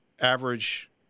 average